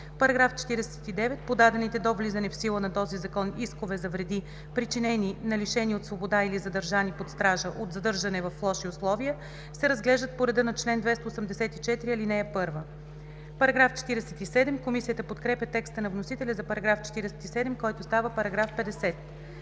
§ 49. Подадените до влизането в сила на този закон искове за вреди, причинени на лишени от свобода или задържани под стража от задържане в лоши условия, се разглеждат по реда на чл. 284, ал. 1.“ Комисията подкрепя текста на вносителя за § 47, който става § 50.